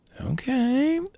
Okay